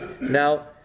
Now